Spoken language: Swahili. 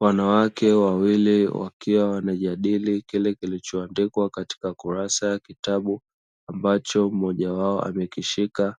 Wanawake wawili wakiwa wanajadili kile kilichoandikwa katika kurasa ya kitabu ambacho mmoja wao amekishika,